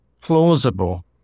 plausible